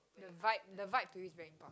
the vibe the vibe to you is very important right